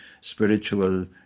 spiritual